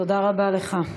תודה רבה לך.